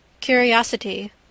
Curiosity